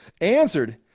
answered